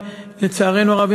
לצערנו הרב,